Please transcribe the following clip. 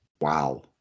Wow